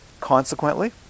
consequently